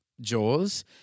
Jaws